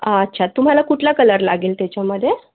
अच्छा तुम्हाला कुठला कलर लागेल त्याच्यामध्ये